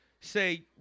Say